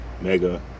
Mega